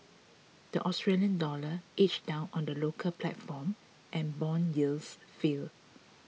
the Australian dollar edged down on the local platform and bond yields fell